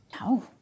no